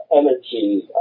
energy